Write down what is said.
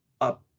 up